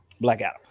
Blackout